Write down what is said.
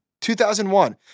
2001